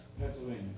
Pennsylvania